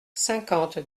cinquante